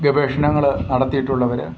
ഗവേഷണങ്ങൾ നടത്തിയിട്ടുള്ളവർ